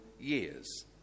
years